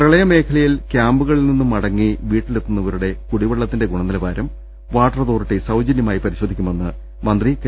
പ്രളയ മേഖലയിൽ ക്യാംപുകളിൽ നിന്ന് മടങ്ങി വീട്ടിലെത്തുന്ന വരുടെ കുടിവെള്ളത്തിന്റെ ഗുണനിലവാരം വാട്ടർ അതോറിറ്റി സൌജ നൃമായി പരിശോധിക്കുമെന്ന് കെ